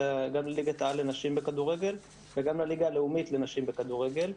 העל לנשים בכדורגל וגם לליגה הלאומית לנשים בכדורגל.